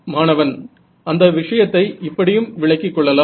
மாணவன் அந்த விஷயத்தை இப்படியும் விளக்கிக் கொள்ளலாம்